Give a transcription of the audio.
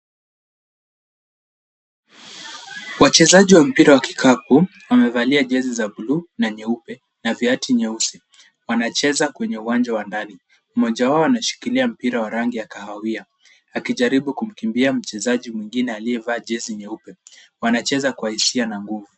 Wachezaji wa mpira wa kikapu wamevalia jezi za bluu na nyeupe na viatu nyeusi, wanacheza kwenye uwanja wa ndani, mmoja wao anashikilia mpira wa rangi ya kahawia akijaribu kumkimbia mchezaji mwingine aliyevaa jezi nyeupe, wanacheza kwa hisia na nguvu.